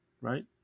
right